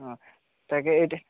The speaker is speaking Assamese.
অঁ তাকে